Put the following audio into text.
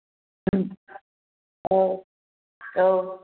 औ औ